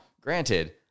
granted